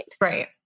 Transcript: Right